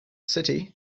city